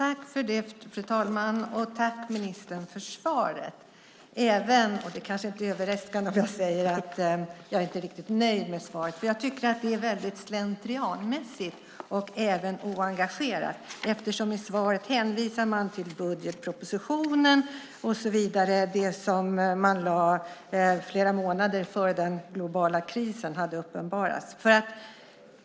Fru talman! Jag tackar ministern för svaret även om jag, kanske inte överraskande, inte är riktigt nöjd med svaret. Jag tycker att det är slentrianmässigt och även oengagerat. I svaret hänvisar man till budgetpropositionen och så vidare. Den lades ju fram flera månader innan den globala krisen hade uppenbarat sig.